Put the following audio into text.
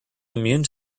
immune